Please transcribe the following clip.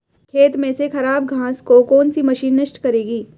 खेत में से खराब घास को कौन सी मशीन नष्ट करेगी?